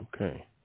Okay